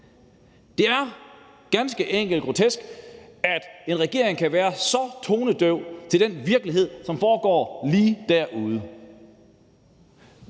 Det er ganske enkelt grotesk, at en regering kan være så tonedøv over for den virkelighed, som foregår lige derude.